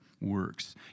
works